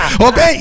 Okay